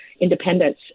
independence